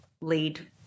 lead